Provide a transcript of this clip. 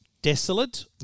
desolate